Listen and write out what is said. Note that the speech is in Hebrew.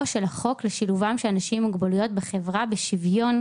של החוק לשילובם של אנשים עם מוגבלויות בחברה בשוויון,